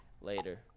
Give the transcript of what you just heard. later